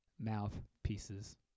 mouthpieces